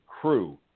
crew